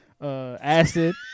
Acid